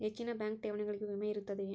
ಹೆಚ್ಚಿನ ಬ್ಯಾಂಕ್ ಠೇವಣಿಗಳಿಗೆ ವಿಮೆ ಇರುತ್ತದೆಯೆ?